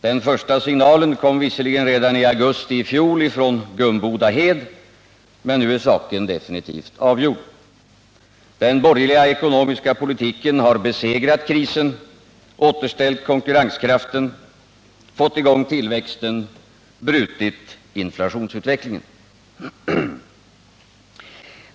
Den första signalen kom visserligen redan i augusti i fjol från Gumboda hed. Men nu är saken definitivt avgjord. Den borgerliga ekonomiska politiken har besegrat krisen — återställt konkurrenskraften, fått i gång tillväxten, brutit inflationsutvecklingen.